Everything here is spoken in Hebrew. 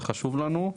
זה חשוב לנו.